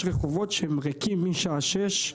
יש רחובות שהם ריקים מהשעה שש,